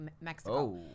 Mexico